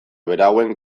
berauen